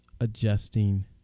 adjusting